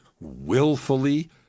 willfully